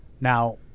now